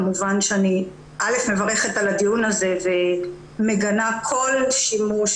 כמובן שאני מברכת על הדיון הזה ומגנה כל שימוש